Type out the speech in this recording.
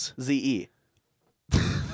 Z-E